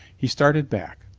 he started back.